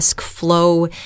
flow